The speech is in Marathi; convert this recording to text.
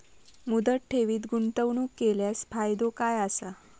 मुदत ठेवीत गुंतवणूक केल्यास फायदो काय आसा?